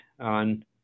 on